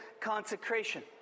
consecration